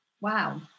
wow